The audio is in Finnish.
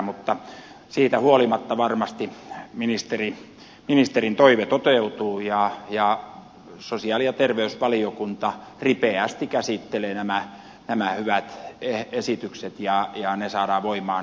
mutta siitä huolimatta varmasti ministerin toive toteutuu ja sosiaali ja terveysvaliokunta ripeästi käsittelee nämä hyvät esitykset ja ne saadaan voimaan